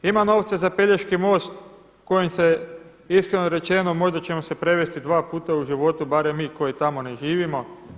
Ima novca za Pelješki most kojim se iskreno rečeno možda ćemo se prevesti dva puta u životu, barem mi koji tamo ne živimo.